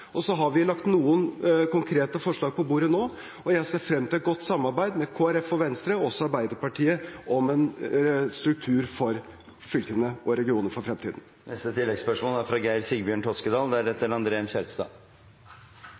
har lagt noen konkrete forslag på bordet nå. Jeg ser frem til et godt samarbeid med Kristelig Folkeparti og Venstre – også med Arbeiderpartiet – om en struktur for fylkene og regionene for fremtiden.